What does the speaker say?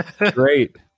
Great